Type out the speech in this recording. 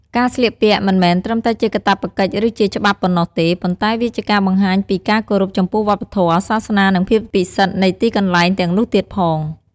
ការស្លៀកពាក់មិនមែនត្រឹមតែជាកាតព្វកិច្ចឬជាច្បាប់ប៉ុណ្ណោះទេ ប៉ុន្តែវាជាការបង្ហាញពី ការគោរពចំពោះវប្បធម៌ សាសនា និងភាពពិសិដ្ឋនៃទីកន្លែងទាំងនោះទៀតផង។